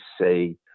say